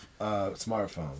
smartphone